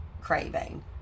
craving